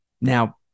Now